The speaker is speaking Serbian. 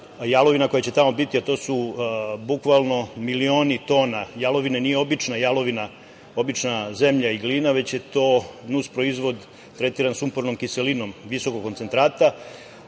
jalovina koja će tamo biti, a to su bukvalno milioni tona jalovina, nije obična jalovina, obična zemlja i glina već je to nus proizvod tretiran sumpornom kiselinom visokog koncentrata. Čuo